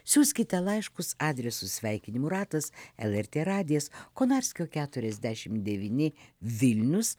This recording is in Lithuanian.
siųskite laiškus adresu sveikinimų ratas lrt radijas konarskio keturiasdešim devyni vilnius